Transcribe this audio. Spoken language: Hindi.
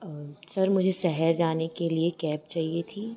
और सर मुझे शहर जाने के लिए कैब चाहिए थी